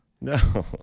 No